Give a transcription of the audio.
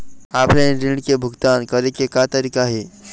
Offline ऋण के भुगतान करे के का तरीका हे?